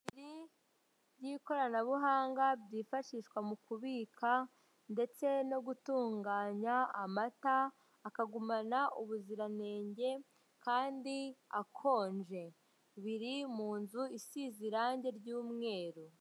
By'ikoranabuhanga byifashishwa mu kubika ndetse no gutunganya amata akagumana ubuziranenge kandi akonje, biri mu nzu isize irange ry'umweru.